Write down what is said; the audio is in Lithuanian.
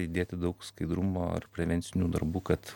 įdėti daug skaidrumo ir prevencinių darbų kad